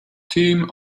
team